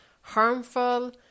harmful